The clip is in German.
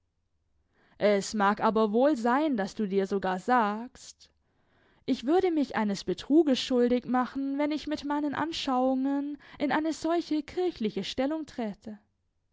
es mag aber wohl sein daß du dir sogar sagst ich würde mich eines betruges schuldig machen wenn ich mit meinen anschauungen in eine solche kirchliche stellung träte